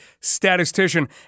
statistician